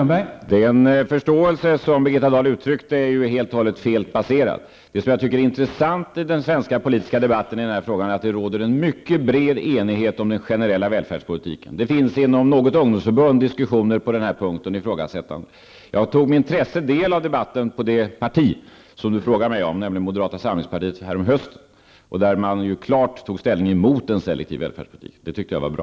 Herr talman! Den förståelse som Birgitta Dahl uttryckt är helt och hållet felaktigt baserad. Det som är intressant i den svenska politiska debatten i den här frågan är att det råder en mycket bred enighet om den generella välfärdspolitiken. Det förekommer inom något ungdomsförbund ett ifrågasättande och diskussioner på den här punkten. Jag tog med intresse del av debatten förra hösten inom det parti som Birgitta Dahl frågade mig om, nämligen moderata samlingspartiet, och där tog man klart ställning mot en selektiv välfärdspolitik. Det tyckte jag var bra.